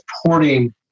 supporting